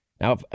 Now